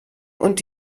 und